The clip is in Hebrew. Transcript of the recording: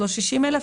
לא 60,000,